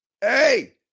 hey